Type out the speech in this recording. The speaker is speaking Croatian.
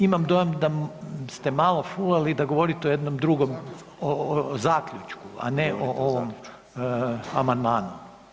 Imam dojam da ste malo fulali, da govorite o jednom drugom, o zaključku, a ne o ovom amandmanu.